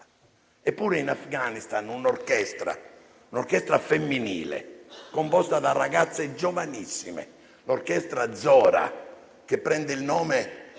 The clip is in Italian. Eppure, in Afghanistan un'orchestra femminile, composta da ragazze giovanissime, l'orchestra Zohra, che prende il nome